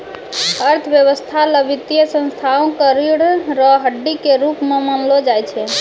अर्थव्यवस्था ल वित्तीय संस्थाओं क रीढ़ र हड्डी के रूप म मानलो जाय छै